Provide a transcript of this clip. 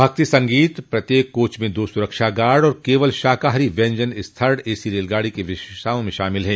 भक्ति संगीत प्रत्येक कोच में दो सुरक्षागार्ड और केवल शाकाहारी व्यंजन इस थर्ड एसी रेलगाड़ी की विशेषताओं में है